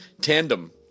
tandem